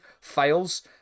fails